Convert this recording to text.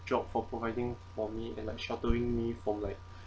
job for providing for me and like sheltering me from like